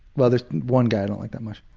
well there's one guy i don't like that much.